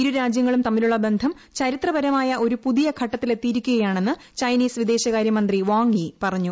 ഇരു രാജ്യങ്ങളും തമ്മിലുള്ള ബന്ധം ചരിത്രപരമായ ഒരു പുതിയ ഘട്ടത്തിലെത്തിയിരിക്കുകയാണെന്ന് ചൈനീസ് വിദേശകാര്യമന്ത്രി വാങ്ങ്യീ പറഞ്ഞു